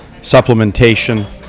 supplementation